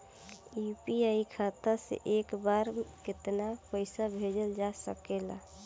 UPI खाता से एक बार म केतना पईसा भेजल जा सकेला?